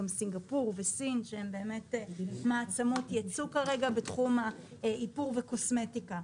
גם סינגפור וסין שהן באמת מעצמות ייצוא כרגע בתחום האיפור והקוסמטיקה.